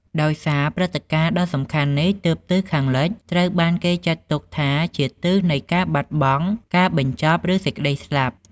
ដោយសារព្រឹត្តិការណ៍ដ៏សំខាន់នេះ ទើបទិសខាងលិចត្រូវបានគេចាត់ទុកថាជាទិសនៃការបាត់បង់ ការបញ្ចប់ ឬសេចក្តីស្លាប់។